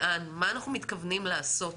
מה אנחנו מתכוונים לעשות